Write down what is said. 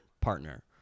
partner